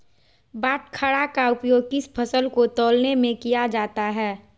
बाटखरा का उपयोग किस फसल को तौलने में किया जाता है?